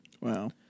Wow